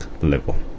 level